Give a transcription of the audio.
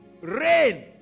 Rain